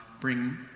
bring